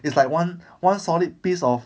it's like one one solid piece of